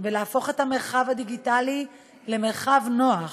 ולהפוך את המרחב הדיגיטלי למרחב נוח,